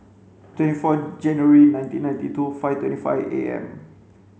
twenty four January nineteen ninety two five twenty five A M